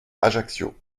ajaccio